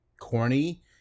corny